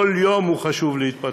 כל יום חשוב להתפתחותו,